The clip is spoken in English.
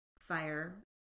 fire